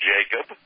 Jacob